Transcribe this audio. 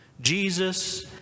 Jesus